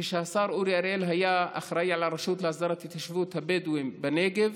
כשהשר אורי אריאל היה אחראי לרשות להסדרת התיישבות הבדואים בנגב,